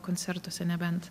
koncertuose nebent